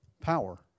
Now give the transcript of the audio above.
Power